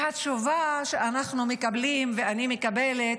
והתשובה שאנחנו מקבלים ואני מקבלת: